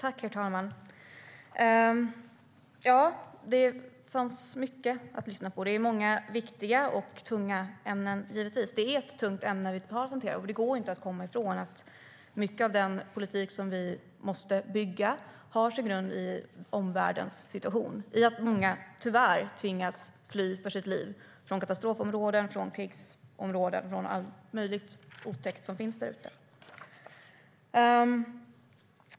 Herr talman! Det fanns mycket att lyssna på. Det är ett tungt ämne som vi har att hantera. Det går inte att komma ifrån att mycket av den politik som vi måste bygga har sin grund i situationen i omvärlden, att många tyvärr tvingas fly för sitt liv, från katastrofområden, krigsområden och allt möjligt otäckt som finns därute.